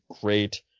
great